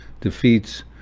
defeats